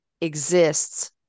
exists